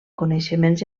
coneixements